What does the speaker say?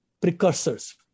precursors